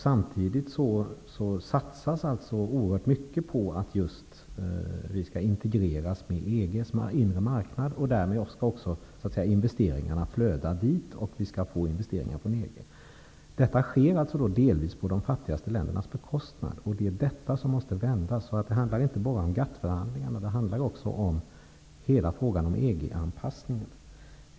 Samtidigt satsas oerhört mycket på att vi skall integreras med EG:s inre marknad och att investeringarna därmed skall flöda dit och att vi skall få investeringar från EG. Detta sker delvis på de fattigaste ländernas bekostnad, och det är det som måste vändas. Det handlar inte bara om GATT-förhandlingarna. Det handlar också om hela frågan om EG-anpassningen.